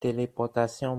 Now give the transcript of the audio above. teleportation